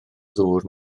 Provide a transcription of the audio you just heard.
ddŵr